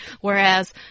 whereas